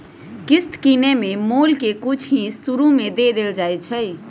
किस्त किनेए में मोल के कुछ हिस शुरू में दे देल जाइ छइ